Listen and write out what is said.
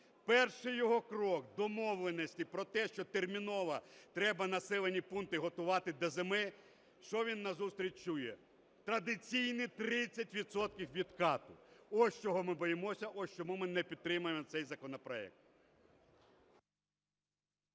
Перший його крок домовленостей про те, що терміново треба населені пункти готувати до зими, що він назустріч чує. Традиційні 30 відсотків відкату. Ось чого ми боїмося, ось чому ми не підтримуємо цей законопроект.